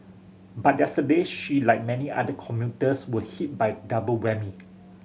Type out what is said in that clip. but yesterday she like many other commuters were hit by double whammy